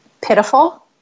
pitiful